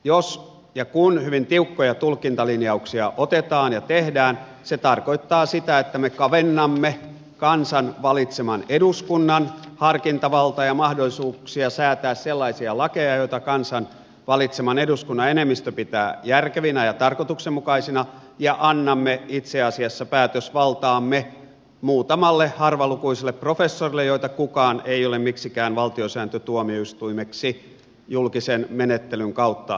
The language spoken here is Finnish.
jos ja kun hyvin tiukkoja tulkintalinjauksia otetaan ja tehdään se tarkoittaa sitä että me kavennamme kansan valitseman eduskunnan harkintavaltaa ja mahdollisuuksia säätää sellaisia lakeja joita kansan valitseman eduskunnan enemmistö pitää järkevinä ja tarkoituksenmukaisina ja annamme itse asiassa päätösvaltaamme muutamalle harvalukuiselle professorille joita kukaan ei ole miksikään valtiosääntötuomioistuimeksi julkisen menettelyn kautta nimittänyt